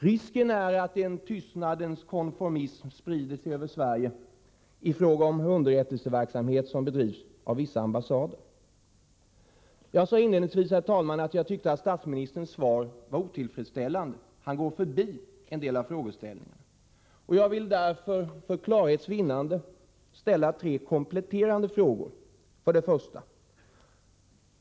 Risken är att en tystnadens konformism sprider sig över Sverige i fråga om underrättelseverksamhet som bedrivs av vissa ambassader. Herr talman! Jag sade inledningsvis att jag tyckte statsministerns svar var otillfredsställande. Han går förbi en del av frågeställningarna. Jag vill därför för klarhets vinnande ställa tre kompletterande frågor. 1.